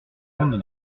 compte